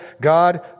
God